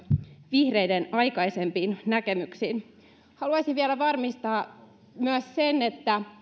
vihreiden aikaisempiin näkemyksiin haluaisin vielä varmistaa myös sen